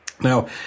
Now